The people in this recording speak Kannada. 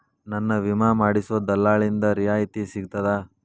ನನ್ನ ವಿಮಾ ಮಾಡಿಸೊ ದಲ್ಲಾಳಿಂದ ರಿಯಾಯಿತಿ ಸಿಗ್ತದಾ?